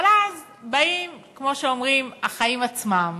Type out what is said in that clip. אבל אז באים, כמו שאומרים, החיים עצמם.